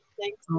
thanks